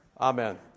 Amen